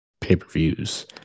pay-per-views